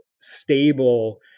stable